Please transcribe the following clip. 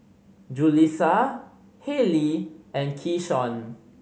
Julissa Hallie and Keyshawn